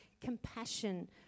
Compassion